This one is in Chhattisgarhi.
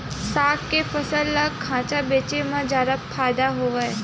साग के फसल ल कहां बेचे म जादा फ़ायदा हवय?